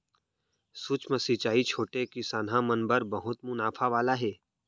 सूक्ष्म सिंचई छोटे किसनहा मन बर बहुत मुनाफा वाला हे